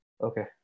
Okay